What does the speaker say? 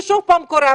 זה שוב פעם קורה,